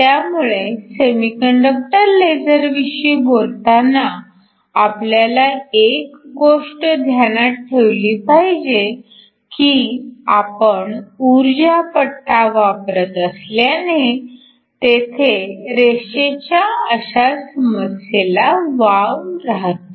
त्यामुळे सेमीकंडक्टर लेझरविषयी बोलताना आपल्याला एक गोष्ट ध्यानात ठेवली पाहिजे की आपण ऊर्जा पट्टा वापरत असल्याने तेथे रेषेच्या अशा समस्येला वाव राहतो